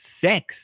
sex